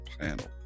panel